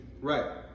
right